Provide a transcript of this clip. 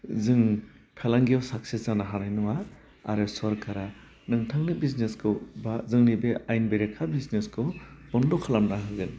जों फालांगियाव साक्सेस जोनो हानाय नङा आरो सरकारा नोंथांनो बिजनेसखौ बा जोंनि बे आयेन बेरेखा बिजनेसखौ बन्द' खालामना होगोन